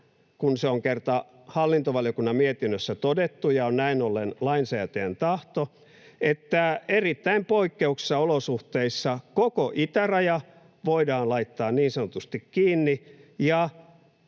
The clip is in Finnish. kun se on kerta hallintovaliokunnan mietinnössä todettu ja on näin ollen lainsäätäjän tahto — että erittäin poikkeuksellisissa olosuhteissa koko itäraja voidaan laittaa niin sanotusti kiinni